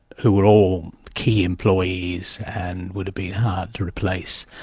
who were all key employees and would've been hard to replace,